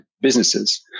businesses